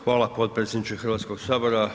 Hvala potpredsjedničke Hrvatskog sabora.